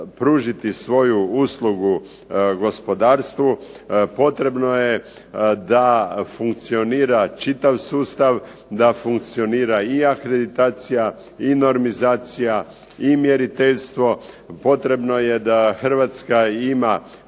svoju uslugu gospodarstvu potrebno je da funkcionira čitav sustav, da funkcionira i akreditacija i normizacija i mjeriteljstvo. Potrebno je da Hrvatska ima